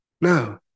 No